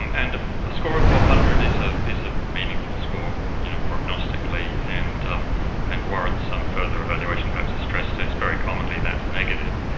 um and a score of four hundred is ah is a meaningful score you know prognostically and um and warrants some further evaluation, perhaps a stress test. very commonly that's negative,